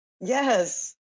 yes